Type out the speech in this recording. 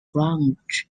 branch